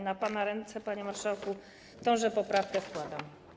Na pana ręce, panie marszałku, tę poprawkę składam.